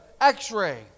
x-ray